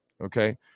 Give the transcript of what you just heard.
Okay